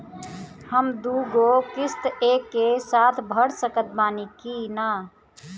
हम दु गो किश्त एके साथ भर सकत बानी की ना?